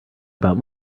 about